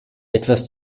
etwas